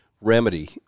remedy